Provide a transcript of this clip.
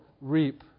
reap